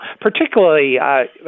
particularly